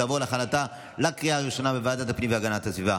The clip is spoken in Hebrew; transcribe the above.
ותעבור לוועדת הפנים והגנת הסביבה